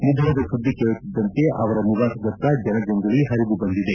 ನಿಧನದ ಸುದ್ದಿ ಕೇಳುತ್ತಿದ್ದಂತೆ ಅವರ ನಿವಾಸದತ್ತ ಜನಜಂಗುಳಿ ಹರಿದುಬಂದಿದೆ